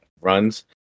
runs